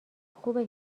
خوبه